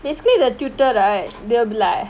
basically the tutor right they'll be like